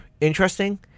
interesting